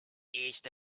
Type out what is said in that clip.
east